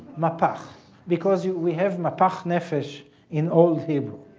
mapach because we have mapach nefesh in old hebrew,